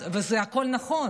והכול נכון,